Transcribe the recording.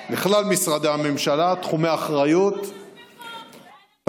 לכלל משרדי הממשלה תחומי אחריות ותקציבים